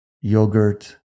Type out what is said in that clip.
yogurt